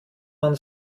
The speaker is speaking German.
man